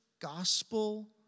gospel